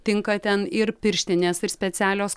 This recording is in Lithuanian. tinka ten ir pirštinės ir specialios